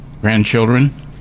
grandchildren